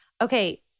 okay